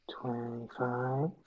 twenty-five